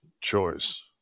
choice